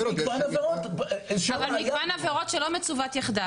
אבל מגוון עבירות שלא מצוות יחדיו.